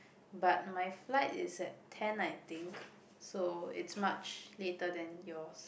but my flight is at ten I think so it's much later than yours